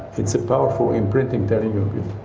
it's a powerful imprinting telling you, you